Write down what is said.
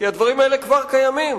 כי הדברים האלה כבר קיימים,